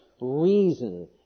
Reason